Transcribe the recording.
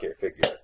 figure